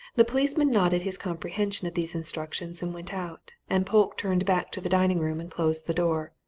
the policeman nodded his comprehension of these instructions and went out, and polke turned back to the dining-room and closed the door.